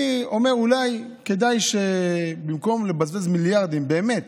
אני אומר, אולי כדאי שבמקום לבזבז מיליארדים, באמת